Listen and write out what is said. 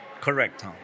Correct